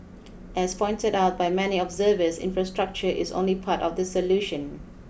as pointed out by many observers infrastructure is only part of the solution